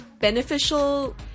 Beneficial